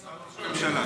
משרד ראש הממשלה.